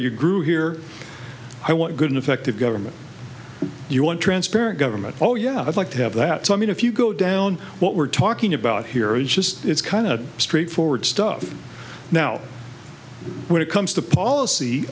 your group here i want a good effective government you want transparent government oh yeah i'd like to have that i mean if you go down what we're talking about here is just it's kind of straightforward stuff now when it comes to policy